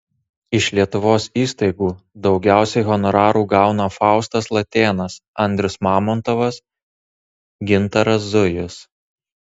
iš lietuvos įstaigų daugiausiai honorarų gauna faustas latėnas andrius mamontovas gintaras zujus